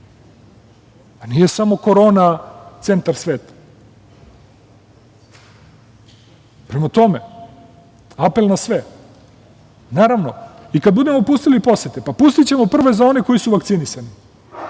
Nije samo korona centar sveta. Prema tome, apel na sve. Naravno i kada budemo pustili posete, pa pustićemo prve zone koji su vakcinisani,